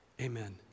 Amen